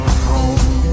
home